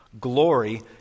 glory